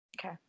Okay